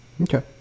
Okay